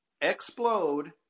explode